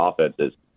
offenses